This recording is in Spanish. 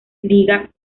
liga